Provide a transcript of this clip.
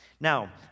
Now